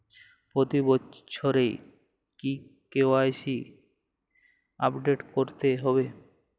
প্রতি বছরই কি কে.ওয়াই.সি আপডেট করতে হবে?